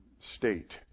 state